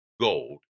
gold